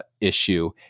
issue